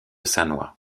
sannois